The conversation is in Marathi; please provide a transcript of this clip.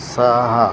सहा